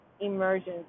emergence